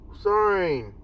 Sorry